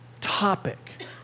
topic